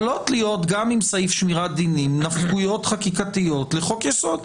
יכולות להיות גם עם סעיף שמירת דינים נפקויות חקיקתיות לחוק יסוד.